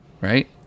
Right